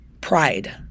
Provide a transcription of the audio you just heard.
pride